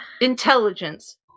Intelligence